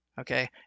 Okay